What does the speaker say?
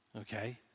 Okay